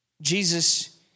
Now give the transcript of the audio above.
Jesus